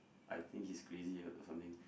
I think he's crazy or or something